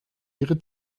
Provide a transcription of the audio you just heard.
ihre